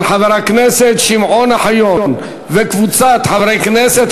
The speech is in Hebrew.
של חבר הכנסת שמעון אוחיון וקבוצת חברי הכנסת.